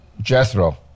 Jethro